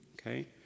Okay